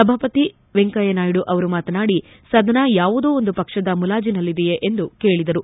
ಸಭಾಪತಿ ವೆಂಕಯ್ಲನಾಯ್ಡು ಅವರು ಸದಸ್ತರು ಮಾತನಾಡಿ ಸದನ ಯಾವುದೋ ಒಂದು ಪಕ್ಷದ ಮುಲಾಜಿನಲ್ಲಿದೆಯೆ ಎಂದು ಕೇಳಿದರು